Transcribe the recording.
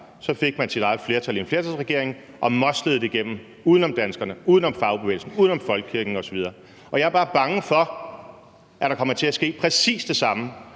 så fik man sit eget flertal med en flertalsregering og moslede det igennem uden om danskerne, uden om fagbevægelsen, uden om folkekirken osv. Jeg er bare bange for, at der kommer til at ske præcis det samme,